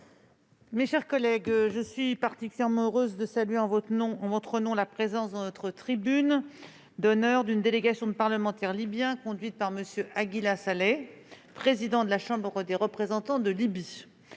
Mes chers collègues, je suis particulièrement heureuse de saluer en votre nom la présence dans notre tribune d'honneur d'une délégation de parlementaires libyens conduite par M. Aguila Saleh, président de la Chambre des représentants de Libye.